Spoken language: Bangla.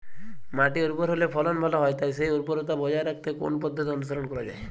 মাটি উর্বর হলে ফলন ভালো হয় তাই সেই উর্বরতা বজায় রাখতে কোন পদ্ধতি অনুসরণ করা যায়?